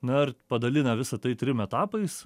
na ir padalina visa tai trim etapais